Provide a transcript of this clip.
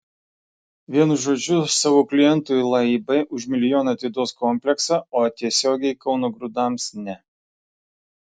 vienu žodžiu savo klientui laib už milijoną atiduos kompleksą o tiesiogiai kauno grūdams ne